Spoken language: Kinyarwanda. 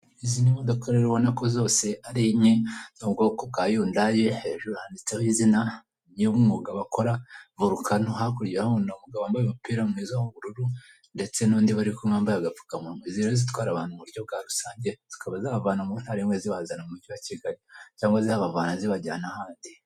Izi ni modoka rero ubona ko zose ari enye, ni ubwoko bwa yundayi, hejuru zanditseho izina umwuga bakora, vorukano hakurya urahaboa umugabo wambaye umupira mwiza w'ubururu ndetse n'undi bari kumwe mwambaye agapfukamunwa izi rero zitwara abantu mu buryo bwa rusange zikaba zabavana mu ntara imwe zibazana mu mujyi wa Kigali cyangwa zibavana zibajyana ahandi.